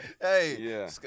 Hey